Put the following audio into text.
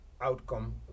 outcome